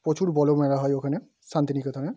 প্রচুর বড় মেলা হয় ওখানে শান্তিনিকেতনে